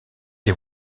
des